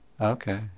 Okay